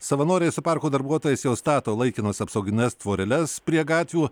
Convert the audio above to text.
savanoriai su parko darbuotojais jau stato laikinas apsaugines tvoreles prie gatvių